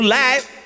life